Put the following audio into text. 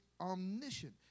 omniscient